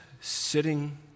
sitting